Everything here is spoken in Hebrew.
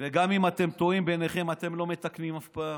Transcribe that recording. וגם אם אתם טועים ביניכם, אתם לא מתקנים אף פעם.